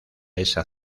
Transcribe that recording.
esa